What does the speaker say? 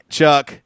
Chuck